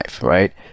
right